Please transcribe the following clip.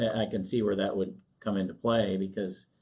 i can see where that would come into play because,